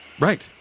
Right